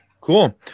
Cool